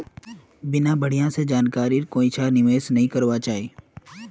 बिना बढ़िया स जानकारीर कोइछा निवेश नइ करबा चाई